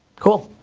cool,